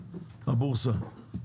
הבורסה,